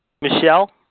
Michelle